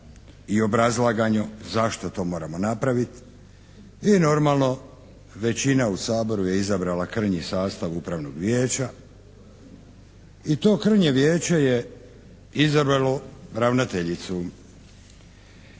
i obrazlagano zašto to moramo napraviti i normalno većina u Saboru je izabrala krnji sastav Upravnog vijeća i to krnje Vijeće je izabralo ravnateljicu.